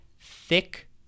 Thick